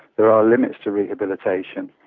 there are limits to rehabilitation.